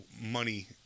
money